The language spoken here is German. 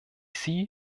sie